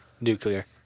Nuclear